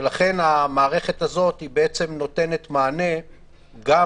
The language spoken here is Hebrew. המערכת הזאת נותנת מענה גם